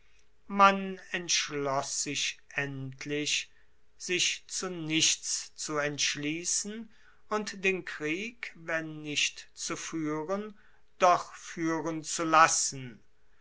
man entschloss sich endlich sich zu nichts zu entschliessen und den krieg wenn nicht zu fuehren doch fuehren zu lassen